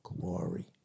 glory